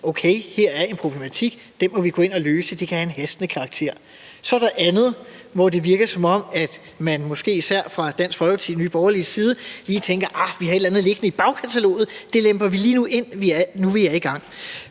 Okay, her er en problematik, den må vi gå ind og løse, og det kan have en hastende karakter. Så er der andet, hvor det virker, som om man måske især fra Dansk Folkepartis og Nye Borgerliges side lige tænker: Aha, vi har et eller andet liggende i bagkataloget; det lemper vi lige ind, nu vi er i gang.